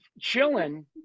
chilling